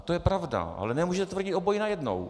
To je pravda, ale nemůžete tvrdit obojí najednou.